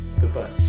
Goodbye